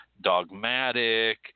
dogmatic